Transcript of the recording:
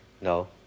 No